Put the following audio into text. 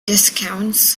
discounts